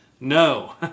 no